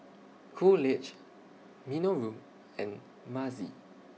Coolidge Minoru and Mazie